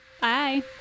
bye